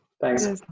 Thanks